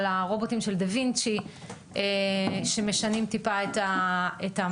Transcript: על הרובוטים של דה וינצ'י שמשנים טיפה את המצב.